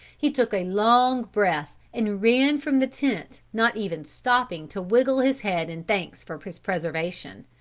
he took a long breath and ran from the tent not even stopping to wiggle his head in thanks for his preservation.